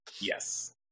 Yes